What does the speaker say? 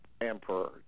emperor